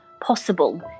possible